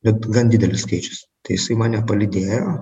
bet gan didelis skaičius tai jisai mane palydėjo